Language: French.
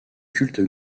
culte